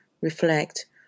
reflect